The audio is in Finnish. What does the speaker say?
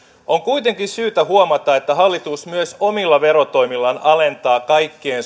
on kuitenkin syytä huomata että hallitus omilla verotoimillaan myös alentaa kaikkein